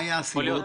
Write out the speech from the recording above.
יכול להיות.